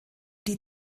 die